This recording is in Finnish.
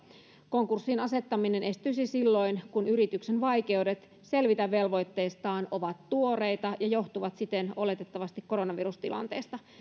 konkurssiin asettaminen estyisi silloin kun yrityksen vaikeudet selvitä velvoitteistaan ovat tuoreita ja johtuvat siten oletettavasti koronavirustilanteesta